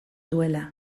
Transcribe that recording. duela